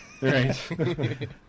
Right